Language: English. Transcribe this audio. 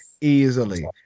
Easily